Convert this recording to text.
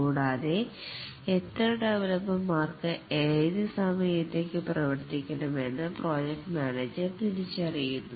കൂടാതെ എത്ര ഡെവലപ്പര്മാര്ക്ക് ഏത് സമയത്തേക്ക് പ്രവർത്തിക്കണമെന്ന് പ്രോജക്ട് മാനേജർ തിരിച്ചറിയുന്നു